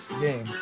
game